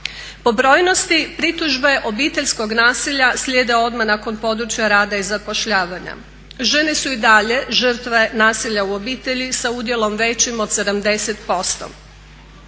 Po brojnosti pritužbe obiteljskog nasilja slijede odmah nakon područja rada i zapošljavanja. Žene su i dalje žrtve nasilja u obitelji sa udjelom većim od 70%.